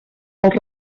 els